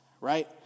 right